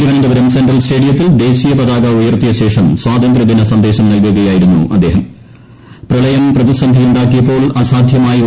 Thiruvananthapuram central സ്റ്റേഡിയത്തിൽ ദേശീയപതാക ഉയർത്തിയശേഷം സ്വാതന്ത്ര്യദിന സന്ദേശം നൽകുകയായിരുന്നു പ്രളയം പ്രതിസന്ധിയുണ്ടാക്കിയപ്പോൾ അസാധ്യമായി അദ്ദേഹം